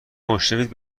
مشرفید